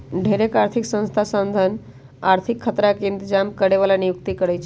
ढेरेक आर्थिक संस्था साधन आर्थिक खतरा इतजाम करे बला के नियुक्ति करै छै